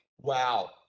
wow